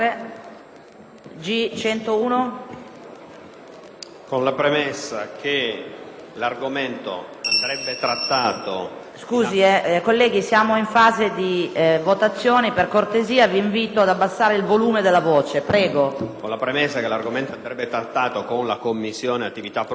Con la premessa che l'argomento andrebbe trattato con la Commissione attività produttive, viste le